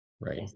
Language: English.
right